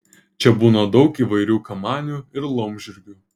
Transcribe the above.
čia būna daug įvairių kamanių ir laumžirgių